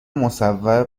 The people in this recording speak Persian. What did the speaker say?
مصور